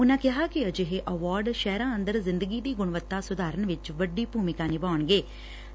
ਉਨਾਂ ਕਿਹਾ ਕਿ ਅਜਿਹੇ ਐਵਾਰਡ ਸ਼ਹਿਰਾਂ ਅੰਦਰ ਜ਼ਿੰਦਗੀ ਦੀ ਗੁਣਵੱਤਾ ਸੁਧਾਰਨ ਵਿਚ ਵੱਡੀ ਭੁਮਿਕਾ ਨਿਭਾਉਣਗੇਂ